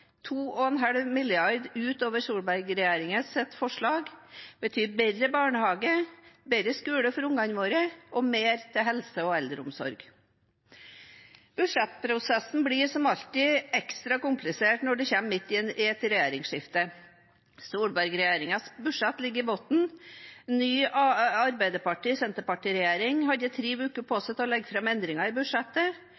2,5 mrd. kr utover Solberg-regjeringens budsjett – betyr bedre barnehage, bedre skole for ungene våre og mer til helse og eldreomsorg. Budsjettprosessen blir som alltid ekstra komplisert når den kommer midt i et regjeringsskifte. Solberg-regjeringens budsjett ligger i bunnen. Ny Arbeiderparti–Senterparti-regjering hadde tre uker til å legge fram endringer i